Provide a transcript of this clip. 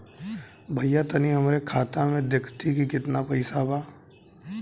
भईया तनि हमरे खाता में देखती की कितना पइसा बा?